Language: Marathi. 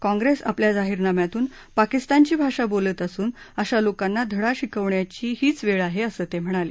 काँग्रेस आपल्या जाहीरनाम्यातून पाकिस्तानची भाषा बोलत असून अशा लोकांना धडा शिकवण्याची हीच वेळ आहे असं ते म्हणाले